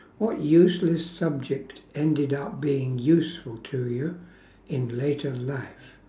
what useless subject ended up being useful to you in later life